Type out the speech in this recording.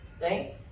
right